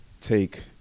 take